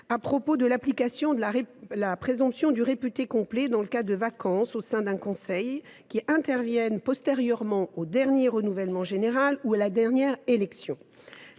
à propos de l’application de la présomption de complétude en cas de vacance au sein du conseil intervenant postérieurement au dernier renouvellement général ou à la dernière élection.